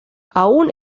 aún